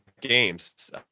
games